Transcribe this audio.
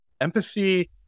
empathy